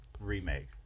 remake